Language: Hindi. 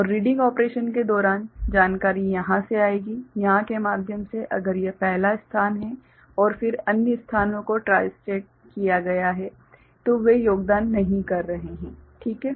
और रीडिंग ऑपरेशन के दौरान जानकारी यहाँ से आएगी यहाँ के माध्यम से अगर यह पहला स्थान है और फिर अन्य स्थानों को ट्राई स्टेट किया गया है तो वे योगदान नहीं कर रहे हैं ठीक है